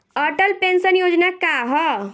Atal pension योजना का ह?